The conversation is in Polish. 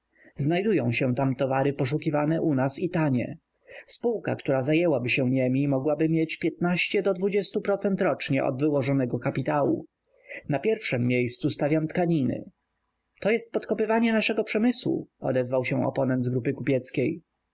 znajdują się tam towary poszukiwane u nas i tanie spółka która zajęłaby się niemi mogłaby mieć do procentów rocznie od wyłożonego kapitału na pierwszem miejscu stawiam tkaniny to jest podkopywanie naszego przemysłu odezwał się oponent z grupy